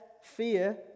fear